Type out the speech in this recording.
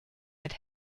mit